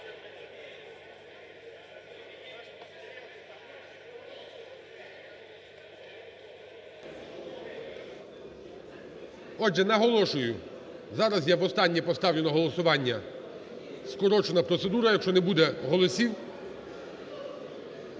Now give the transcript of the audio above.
Отже, наголошую, зараз я востаннє поставлю на голосування, скорочена процедура. Якщо не буде голосів,